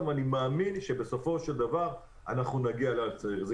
אני מאמין שבסופו של דבר אנחנו נגיע ל- -- זאת